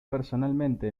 personalmente